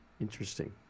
Interesting